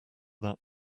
that